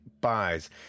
buys